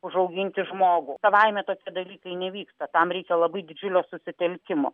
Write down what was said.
užauginti žmogų savaime tokie dalykai nevyksta tam reikia labai didžiulio susitelkimo